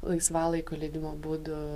laisvalaikio leidimo būdų